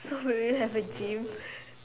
so will you have a gym